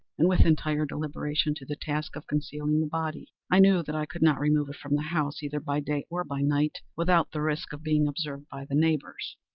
and with entire deliberation, to the task of concealing the body. i knew that i could not remove it from the house, either by day or by night, without the risk of being observed by the neighbors.